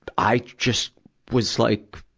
i just was like,